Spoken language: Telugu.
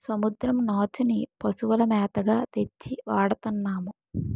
సముద్రం నాచుని పశువుల మేతగా తెచ్చి వాడతన్నాము